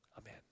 Amen